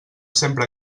sempre